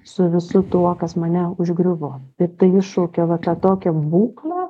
su visu tuo kas mane užgriuvo ir tai iššaukia va tą tokią būklę